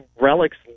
relics